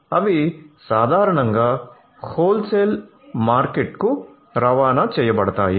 అవి సాధారణంగా హోల్సేల్ మార్కెట్కు రవాణా చేయబడతాయి